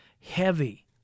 heavy